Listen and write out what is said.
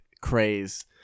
craze